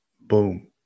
boom